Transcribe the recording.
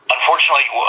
Unfortunately